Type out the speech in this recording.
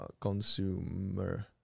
consumer